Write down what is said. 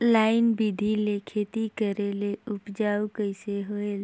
Line बिधी ले खेती करेले उपजाऊ कइसे होयल?